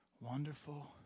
Wonderful